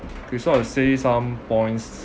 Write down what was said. okay so I will say some points